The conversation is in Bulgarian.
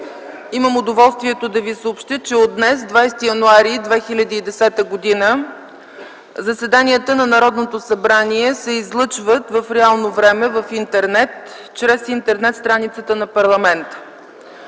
имам удоволствието да ви съобщя, че от днес, 20 януари 2010 г., заседанията на Народното събрание се излъчват в реално време в интернет чрез интернет страницата на парламента.